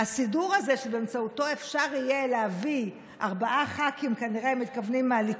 חודרת לעבודת הממשלה ופוגעת פגיעה אנושה באזרחי מדינת